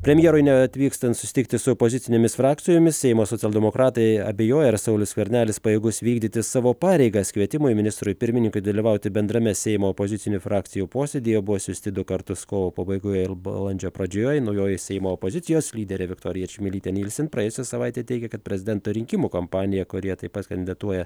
premjerui neatvykstant susitikti su opozicinėmis frakcijomis seimo socialdemokratai abejoja ar saulius skvernelis pajėgus vykdyti savo pareigas kvietimai ministrui pirmininkui dalyvauti bendrame seimo opozicinių frakcijų posėdyje buvo siųsti du kartus kovo pabaigoje ir balandžio pradžioje naujoji seimo opozicijos lyderė viktorija čmilytė nilsen praėjusią savaitę teigė kad prezidento rinkimų kampanija kurioje taip pat kandidatuoja